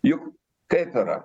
juk kaip yra